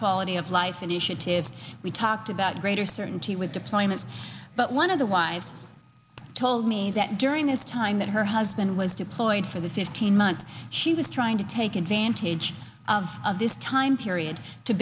quality of life initiative we talked about greater certainty with deployment but one of the wives told me that during this time that her husband was deployed for the fifteen months she was trying to take advantage of of this time period to